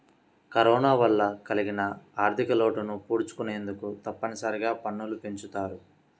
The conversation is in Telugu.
కరోనా వల్ల కలిగిన ఆర్ధికలోటును పూడ్చుకొనేందుకు తప్పనిసరిగా పన్నులు పెంచుతారు